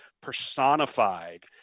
personified